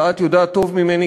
ואת יודעת טוב ממני,